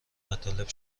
مطالب